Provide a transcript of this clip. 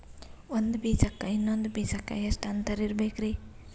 ಒಂದ್ ಬೀಜಕ್ಕ ಇನ್ನೊಂದು ಬೀಜಕ್ಕ ಎಷ್ಟ್ ಅಂತರ ಇರಬೇಕ್ರಿ?